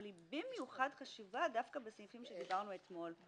אבל היא במיוחד חשובה דווקא במקרים שדיברנו אתמול.